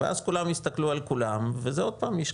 ואז כולם יסתכלו על כולם וזה עוד פעם ישקע.